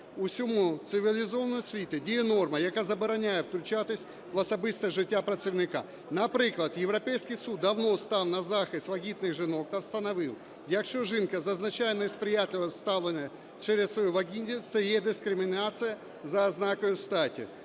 усьому цивілізованому світі дає норма, яка забороняє втручатись в особисте життя працівника. Наприклад, Європейський суд давно став на захист вагітних жінок та встановив: якщо жінка зазначає несприятливе ставлення через свою вагітність, це є дискримінація за ознакою статі.